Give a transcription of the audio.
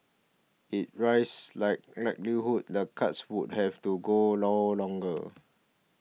it rises the likelihood the cuts would have to go long longer